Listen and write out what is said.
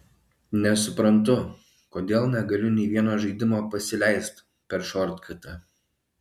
nesuprantu kodėl negaliu nei vieno žaidimo pasileist per šortkatą